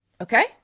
okay